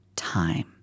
time